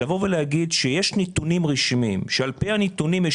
לבוא ולהגיד שיש נתונים רשמיים שעל פי הנתונים יש